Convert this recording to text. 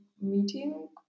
meeting